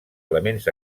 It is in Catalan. elements